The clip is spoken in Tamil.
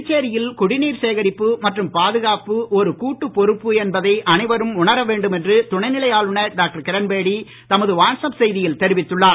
புதுச்சேரியில் குடிநீர் சேகரிப்பு மற்றும் பாதுகாப்பு ஒரு கூட்டு பொறுப்பு என்பதை அனைவரும் உணரவேண்டும் என்று துணை நிலை ஆளுநர் டாக்டர் கிரண்பேடி தமது வாட்ஸ் அப் செய்தியில் தெரிவித்துள்ளார்